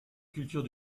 culture